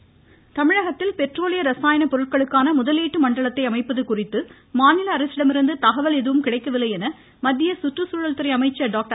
ஹர்ஷ்வர்தன் தமிழகத்தில் பெட்ரோலிய ரசாயன பொருட்களுக்கான முதலீட்டு மண்டலத்தை அமைப்பது குறித்து மாநில அரசிடமிருந்து தகவல் எதுவும் கிடைக்கவில்லை என்று மத்திய சுற்றுச்சூழல் துறை அமைச்சர் டாக்டர்